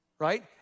right